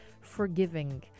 forgiving